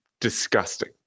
disgusting